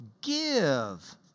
give